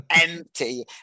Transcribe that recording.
Empty